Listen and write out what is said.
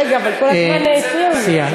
רגע, אבל כל הזמן הפריעו לי.